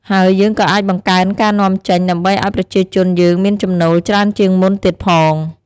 ហើយយើងក៏អាចបង្កើនការនាំចេញ ដើម្បីឲ្យប្រជាជនយើងមានចំណូលច្រើនជាងមុនទៀតផង។